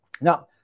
Now